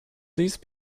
those